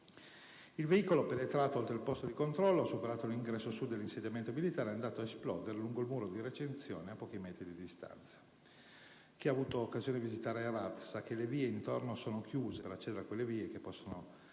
Il veicolo, penetrato oltre il posto di controllo, ha superato l'ingresso sud dell'insediamento militare ed è andato ad esplodere lungo il muro di recinzione a pochi metri di distanza. Chi ha avuto occasione di visitare Herat sa che le vie intorno sono chiuse e per accedere a quelle vie, che possono anche